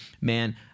man